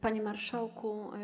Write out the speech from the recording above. Panie Marszałku!